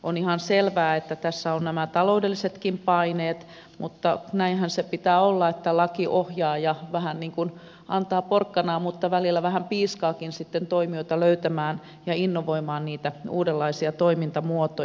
on ihan selvää että tässä laissa sinällään on nämä taloudellisetkin paineet mutta näinhän sen pitää olla että laki ohjaa ja vähän niin kuin antaa porkkanaa mutta välillä vähän piiskaakin toimijoita löytämään ja innovoimaan uudenlaisia toimintamuotoja